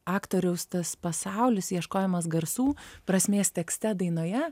aktoriaus tas pasaulis ieškojimas garsų prasmės tekste dainoje